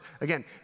Again